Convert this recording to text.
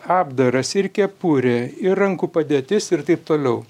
apdaras ir kepurė ir rankų padėtis ir taip toliau